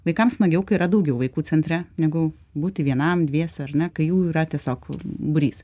vaikams smagiau kai yra daugiau vaikų centre negu būti vienam dviese ar ne kai jų yra tiesiog būrys